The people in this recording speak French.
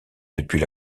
depuis